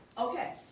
Okay